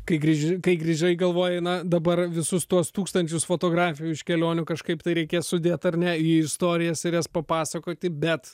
kai grįž grįžai galvoji na dabar visus tuos tūkstančius fotografijų iš kelionių kažkaip tai reikės sudėt ar ne į istorijas ir jas papasakoti bet